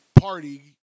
party